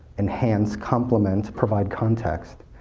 enhance, complement, provide context?